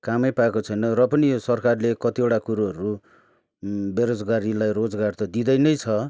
कामै पाएको छैन र पनि यो सरकारले कतिवटा कुरोहरू बेरोजगारीलाई रोजगार त दिँदै नै छ